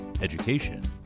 education